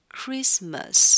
Christmas